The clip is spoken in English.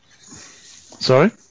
sorry